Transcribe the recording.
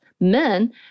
men